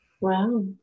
Wow